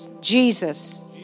Jesus